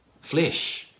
flesh